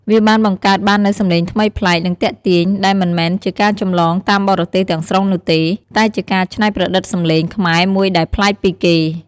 វាបានបង្កើតបាននូវសម្លេងថ្មីប្លែក និងទាក់ទាញ ដែលមិនមែនជាការចម្លងតាមបរទេសទាំងស្រុងនោះទេ តែជាការច្នៃប្រឌិតសម្លេង ខ្មែរ មួយដែលប្លែកពីគេ។